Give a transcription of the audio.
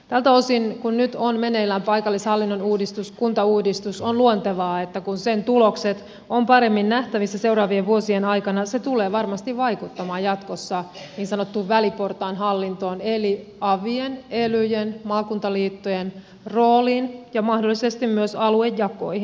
tältä osin kun nyt on meneillään paikallishallinnon uudistus kuntauudistus on luontevaa että kun sen tulokset ovat paremmin nähtävissä seuraavien vuosien aikana se tulee varmasti vaikuttamaan jatkossa niin sanottuun väliportaan hallintoon eli avien elyjen maakuntaliittojen rooliin ja mahdollisesti myös aluejakoihin